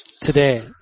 today